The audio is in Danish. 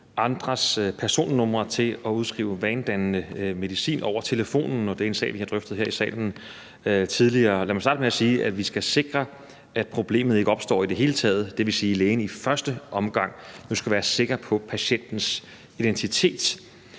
andres personnumre til at udskrive vanedannende medicin over telefonen, og det er en sag, som vi har drøftet her i salen tidligere. Lad mig starte med at sige, at vi skal sikre, at problemet ikke opstår i det hele taget, og det vil jo sige, at lægen i første omgang skal være sikker på patientens identitet.